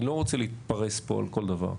אני לא רוצה להתפרס פה על כל דבר.